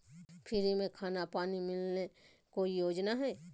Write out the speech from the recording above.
Free में खाना पानी मिलना ले कोइ योजना हय?